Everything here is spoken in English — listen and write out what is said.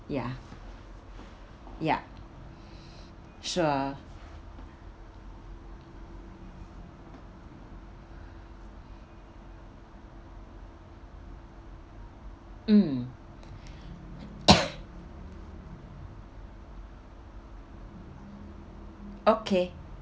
ya yup sure mm okay